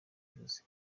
ivuze